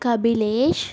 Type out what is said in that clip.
Kabilesh